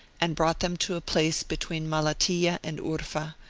and brought them to a place between malatiya and urfa,